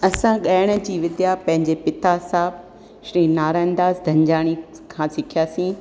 असां गाइण जी विद्या पंहिंजे पिता साहिब श्री नारायण दास धनजाणी खां सिखियासीं